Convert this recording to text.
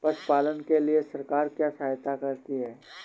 पशु पालन के लिए सरकार क्या सहायता करती है?